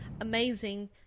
amazing